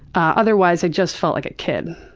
ah otherwise, i just felt like a kid.